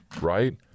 right